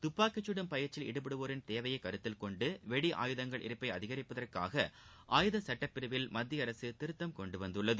தப்பாக்கி கடும் பயிற்சியில் ஈடுபடுவோரின் தேவையை கருத்தில்கொண்டு வெடி ஆயுதங்கள் இருப்பை அதிகரிப்பதற்காக ஆயுத சுட்டப்பிரிவில் மத்திய அரசு திருத்தம் கொண்டுவந்துள்ளது